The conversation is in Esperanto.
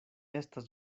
estas